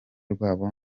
rwabo